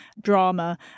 drama